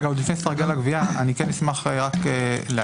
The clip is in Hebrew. עוד לפני סרגל הגבייה, אשמח להעיר: